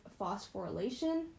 phosphorylation